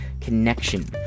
connection